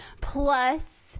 Plus